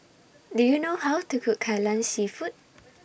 Do YOU know How to Cook Kai Lan Seafood